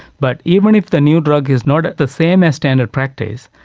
but even if the new drug is not at the same standard practice,